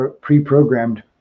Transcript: pre-programmed